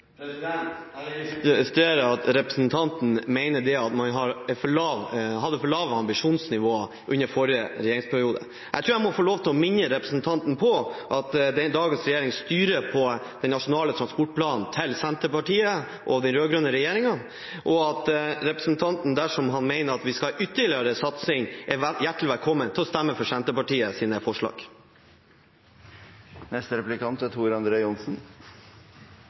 Jeg registrerer at representanten mener man hadde for lavt ambisjonsnivå under forrige regjeringsperiode. Jeg tror jeg må få lov til å minne representanten på at dagens regjering styrer på den nasjonale transportplanen til Senterpartiet og den rød-grønne regjeringen. Dersom representanten mener at vi skal ha ytterligere satsing, er han hjertelig velkommen til å stemme for Senterpartiets forslag. Da Senterpartiet